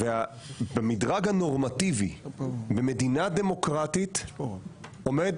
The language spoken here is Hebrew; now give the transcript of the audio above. והמדרג הנורמטיבי במדינה דמוקרטית עומד